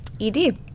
ED